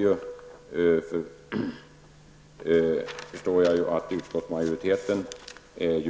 Jag förstår att utskottsmajoriteten är